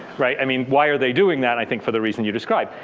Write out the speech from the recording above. right. i mean why are they doing that? i think for the reason you describe.